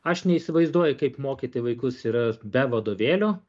aš neįsivaizduoju kaip mokyti vaikus yra be vadovėlio